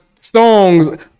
songs